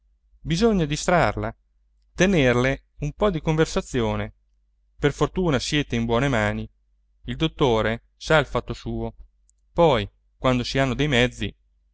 bisogna distrarla tenerle un po di conversazione per fortuna siete in buone mani il dottore sa il fatto suo poi quando si hanno dei mezzi